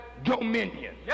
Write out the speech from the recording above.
dominion